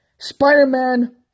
Spider-Man